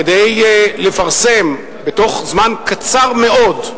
כדי לפרסם בתוך זמן קצר מאוד,